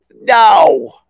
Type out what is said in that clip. No